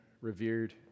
revered